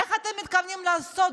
איך אתם מתכוונים לעשות?